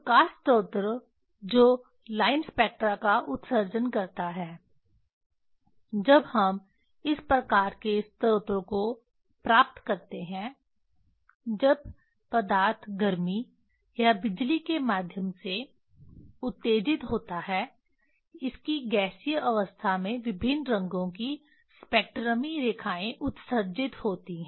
प्रकाश स्रोत जो line spectra का उत्सर्जन करता है जब हम इस प्रकार के स्रोत को प्राप्त करते हैं जब पदार्थ गर्मी या बिजली के माध्यम से उत्तेजित होता है इसकी गैसीय अवस्था में विभिन्न रंगों की स्पेक्ट्रमी रेखाएँ उत्सर्जित होती हैं